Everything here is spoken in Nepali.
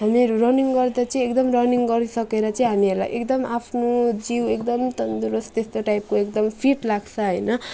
हामीहरू रनिङ गर्दा चाहिँ एकदम रनिङ गरिसकेर चाहिँ हामीहरूलाई एकदम आफ्नो जिउ एकदम तन्दुरुस्त त्यस्तो टाइपको एकदम फिट लाग्छ होइन